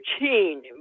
routine